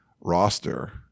roster